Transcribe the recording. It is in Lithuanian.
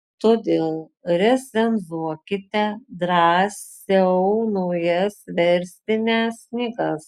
todėl recenzuokite drąsiau naujas verstines knygas